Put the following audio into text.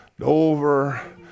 over